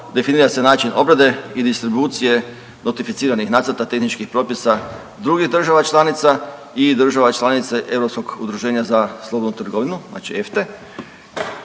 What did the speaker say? definira se način obrade i distribucije notificiranih nacrta tehničkih propisa drugih država članica i država članice Europskog udruženja za slobodnu trgovinu EFTA